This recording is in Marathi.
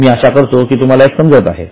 मी आशा करतो की तुम्हाला हे समजत आहे